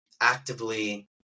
actively